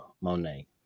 Monet